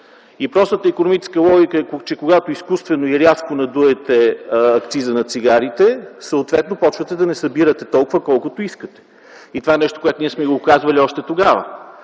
и простата икономическа логика е, че когато изкуствено и рязко надуете акциза на цигарите, съответно започвате да не събирате толкова, колкото искате. И това е нещо, което ние сме го казвали още тогава.